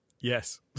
Yes